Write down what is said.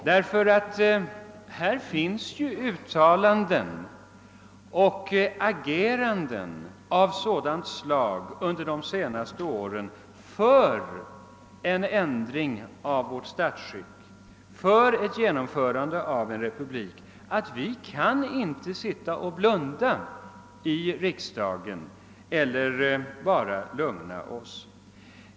Det har nämligen förekommit uttalanden och ageranden av sådant slag under de senate åren för en ändring av vårt statsskick, för ett genomförande av en republik, att vi inte kan blunda för det här i riksdagen eller bara lugna OSS.